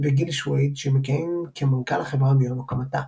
וגיל שויד, שמכהן כמנכ"ל החברה מיום הקמתה.